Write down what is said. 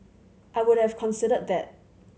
I would have considered that